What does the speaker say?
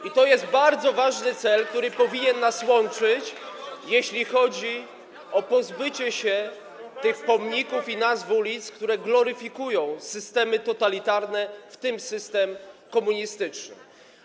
I to jest bardzo ważny cel, który powinien nas łączyć, jeśli chodzi o pozbycie się [[Gwar na sali]] tych pomników i nazw ulic, które gloryfikują systemy totalitarne, w tym system komunistyczny.